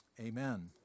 amen